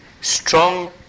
strong